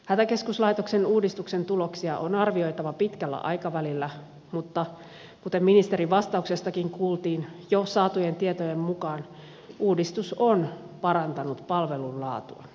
hätäkeskuslaitoksen uudistuksen tuloksia on arvioitava pitkällä aikavälillä mutta kuten ministerin vastauksestakin kuultiin jo saatujen tietojen mukaan uudistus on parantanut palvelun laatua